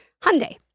Hyundai